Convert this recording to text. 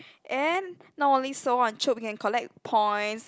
and not only so on Chope you can collect points